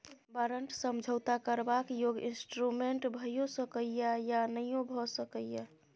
बारंट समझौता करबाक योग्य इंस्ट्रूमेंट भइयो सकै यै या नहियो भए सकै यै